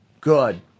good